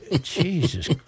Jesus